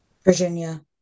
Virginia